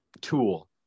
tool